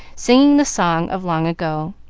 singing the song of long ago